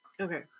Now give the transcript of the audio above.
Okay